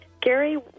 Gary